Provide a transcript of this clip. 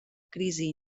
crisi